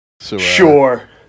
Sure